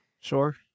Sure